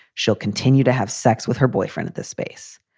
she'll continue to have sex with her boyfriend at the space.